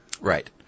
Right